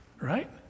Right